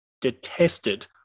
detested